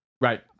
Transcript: Right